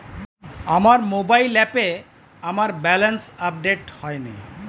আমার মোবাইল অ্যাপে আমার ব্যালেন্স আপডেট হয়নি